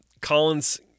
Collins